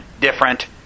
different